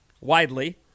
widely